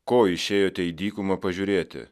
ko išėjote į dykumą pažiūrėti